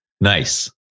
Nice